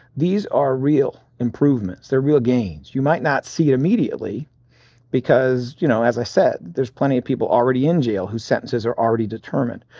these are real improvements. they're real gains. you might not see immediately because, you know, as i said, there's plenty of people already in jail whose sentences are already determined.